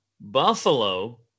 Buffalo